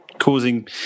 Causing